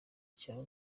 cya